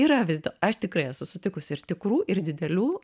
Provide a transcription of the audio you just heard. yra vis dėl aš tikrai esu sutikusi ir tikrų ir didelių